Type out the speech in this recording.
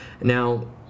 Now